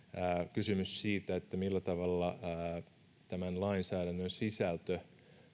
kysymys siitä millä tavalla tämän lainsäädännön sisältö